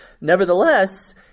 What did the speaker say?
Nevertheless